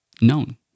known